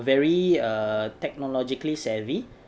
very uh technologically savvy